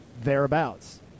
thereabouts